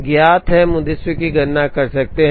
ज्ञात है हम उद्देश्यों की गणना कर सकते हैं